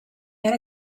yet